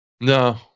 No